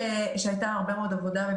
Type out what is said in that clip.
המרכבה כן מוכנה,